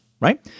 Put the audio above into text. right